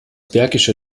bergische